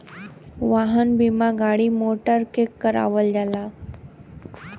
वाहन बीमा गाड़ी मोटर के करावल जाला